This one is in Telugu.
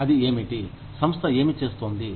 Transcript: అది ఏమిటి సంస్థ ఏమి చేస్తోంది